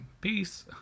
Peace